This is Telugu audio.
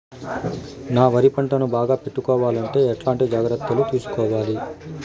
నా వరి పంటను బాగా పెట్టుకోవాలంటే ఎట్లాంటి జాగ్రత్త లు తీసుకోవాలి?